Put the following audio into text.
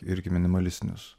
irgi minimalistinius